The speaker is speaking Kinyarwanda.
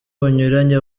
bunyuranye